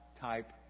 type